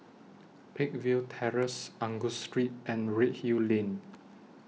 Peakville Terrace Angus Street and Redhill Lane